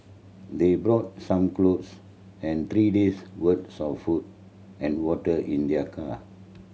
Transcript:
they brought some clothes and three days worth of food and water in their car